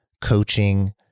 coaching